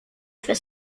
for